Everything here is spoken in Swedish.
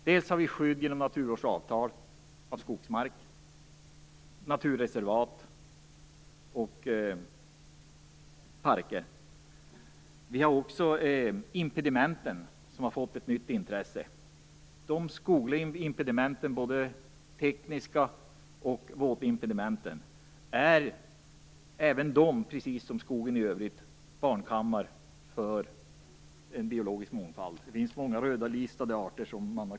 Vi har ett skydd genom naturvårdsavtal för skogsmark, genom naturreservat och parker. Även impedimenten har fått ett nytt intresse. De skogliga impedimenten, både de tekniska impedimenten och våtimpedimenten, är precis som skogen i övrigt barnkammare för en biologisk mångfald. Där finns många arter.